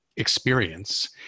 Experience